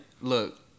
look